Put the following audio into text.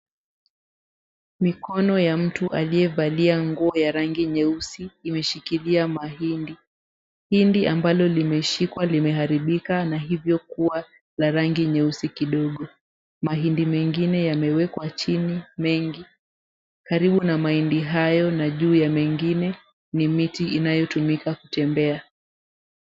Mikono ya mtu aliyevalia nguo ya rangi nyeusi imeshikilia mahindi. Hindi ambalo limeshikwa limeharibika na hivyo kuwa na rangi nyeusi kidogo. Mahindi mengine yamewekwa chini mengi. Karibu na mahindi hayo na juu ya mengine ni miti inayotumika kutembea.